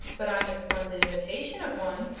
but i'm a splendid imitation of one.